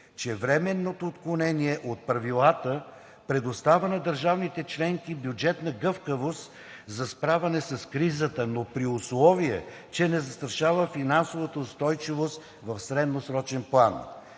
че временното отклонение от Правилата предоставя на държавите членки бюджетна гъвкавост за справяне с кризата, но при условие че не застрашава финансовата устойчивост в средносрочен план.